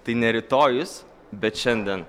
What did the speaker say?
tai ne rytojus bet šiandien